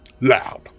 loud